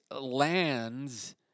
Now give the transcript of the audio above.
lands